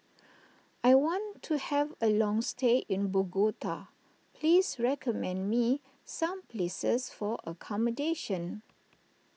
I want to have a long stay in Bogota please recommend me some places for accommodation